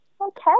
Okay